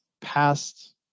past